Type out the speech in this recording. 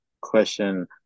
question